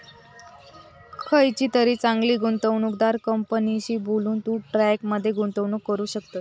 खयचीतरी चांगली गुंवणूकदार कंपनीशी बोलून, तू स्टॉक मध्ये गुंतवणूक करू शकतस